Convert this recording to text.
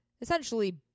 essentially